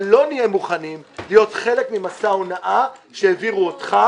אבל לא נהיה מוכנים להיות חלק ממסע הונאה שהעבירו אותך,